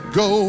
go